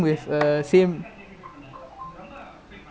eh what happen to thomson போயிட்டானா:poyittaanaa